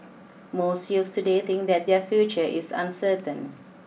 most youths today think that their future is uncertain